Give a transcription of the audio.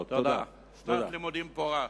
שנת לימודים פורה.